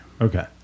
Okay